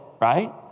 Right